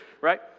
Right